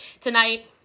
tonight